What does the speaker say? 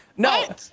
No